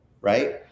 right